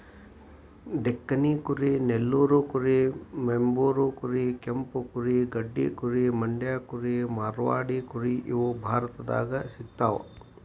ಡೆಕ್ಕನಿ ಕುರಿ ನೆಲ್ಲೂರು ಕುರಿ ವೆಂಬೂರ್ ಕುರಿ ಕೆಂಪು ಕುರಿ ಗಡ್ಡಿ ಕುರಿ ಮಂಡ್ಯ ಕುರಿ ಮಾರ್ವಾಡಿ ಕುರಿ ಇವು ಭಾರತದಾಗ ಸಿಗ್ತಾವ